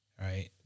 right